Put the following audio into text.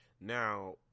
Now